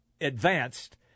advanced